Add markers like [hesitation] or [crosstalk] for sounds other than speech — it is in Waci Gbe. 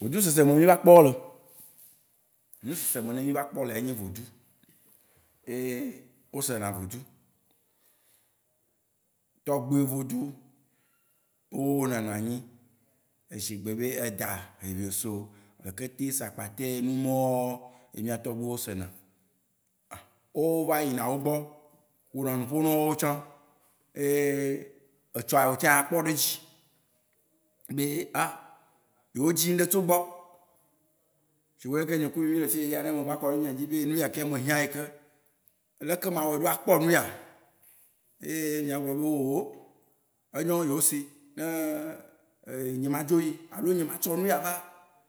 Vodu sese me mí va kpɔ wó le. Vodu sese yi me ne mí va kpɔ wó lea yenye vodu. Ye wó se na vodu. Tɔgbuiwó vodu wó nana anyi, shigbe be eda, hebieso, ekete, sakpate. Enu mawó ye mía tɔgbuiwó se na. [hesitation] wó va yina wó gbɔ pona nupo nawó tsã. Eye etsɔa wò tsa akpɔ ɖe eŋutsi be yewo dzi nuɖe tso egbɔ. Shigbe leke nye kuwò mí le fiya fia, ne me va kɔɖe mía dzi be enu yakea mehiã eyike. Leke ma awɔe ɖo akpɔ nuya? Eye mìa gblɔ be owo, enyo yewo si. Ne, enye ma dzo yi, alo nye ma atsɔ nuya va.